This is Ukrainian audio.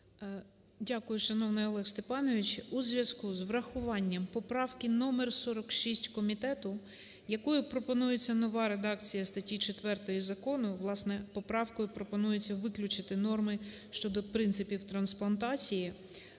Дякую, шановний Олег Степанович! У зв'язку з врахуванням поправки номер 46 комітету, якою пропонується нова редакція статті 4 закону, власне, поправкою пропонується виключити норми щодо принципів трансплантації,